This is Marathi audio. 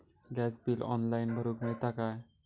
गॅस बिल ऑनलाइन भरुक मिळता काय?